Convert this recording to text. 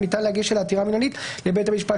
וניתן להגיש עליה עתירה מינהלית לבית המשפט